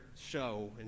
show